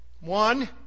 One